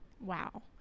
Wow